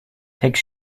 take